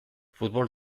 futbol